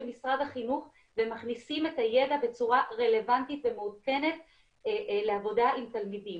משרד החינוך ומכניסים את הידע בצורה רלוונטית ומעודכנת לעבודה עם תלמידים.